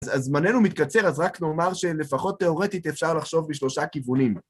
אז זמננו מתקצר, אז רק נאמר שלפחות תאורטית אפשר לחשוב בשלושה כיוונים.